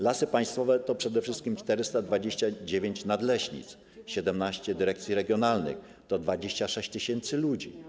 Lasy Państwowe to przede wszystkim 429 nadleśnictw, 17 dyrekcji regionalnych, 26 tys. ludzi.